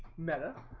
meta.